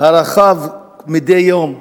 הרחב מדי יום.